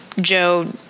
Joe